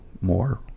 more